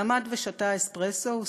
ועמד ושתה אספרסו.